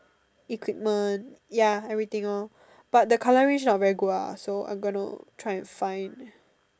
equipment ya everything lor but the colouring not very good ah so I am going to try and find